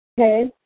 Okay